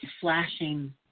flashing